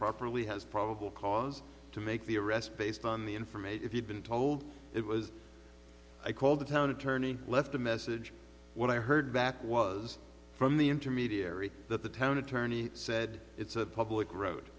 properly has probable cause to make the arrest based on the information if you've been told it was called the town attorney left a message what i heard back was from the intermediary that the town attorney said it's a public road